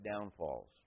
downfalls